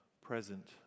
present